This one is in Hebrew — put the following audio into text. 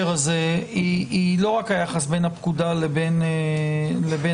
הזה היא לא רק היחס בין הפקודה לבין החוק,